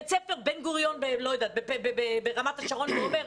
בבית ספר בן גוריון ברמת השרון ואומר: